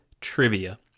trivia